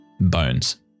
bones